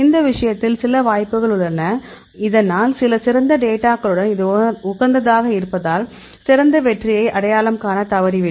இந்த விஷயத்தில் சில வாய்ப்புகள் உள்ளன இதனால் சில சிறந்த டேட்டாக்களுடன் இது உகந்ததாக இருப்பதால் சிறந்த வெற்றியை அடையாளம் காணத் தவறிவிடும்